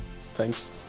thanks